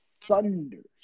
thunders